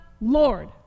Lord